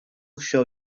show